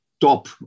top